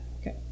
okay